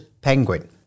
penguin